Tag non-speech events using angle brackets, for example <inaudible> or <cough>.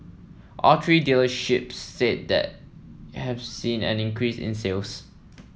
all three dealerships said that have seen an increase in sales <noise>